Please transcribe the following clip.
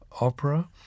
Opera